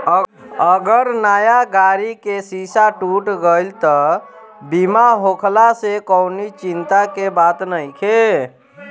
अगर नया गाड़ी के शीशा टूट गईल त बीमा होखला से कवनी चिंता के बात नइखे